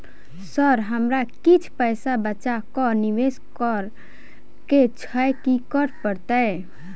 Sir हमरा किछ पैसा बचा कऽ निवेश करऽ केँ छैय की करऽ परतै?